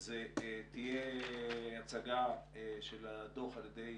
תהיה הצגה של הדוח על ידי